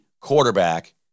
quarterback